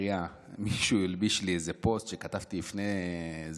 מישהו הלביש לי איזה פוסט שכתבתי לפני איזה עשר,